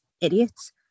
idiots